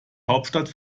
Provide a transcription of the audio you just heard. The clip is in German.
hauptstadt